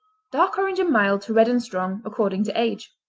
dark orange and mild to red and strong, according to age.